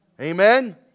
Amen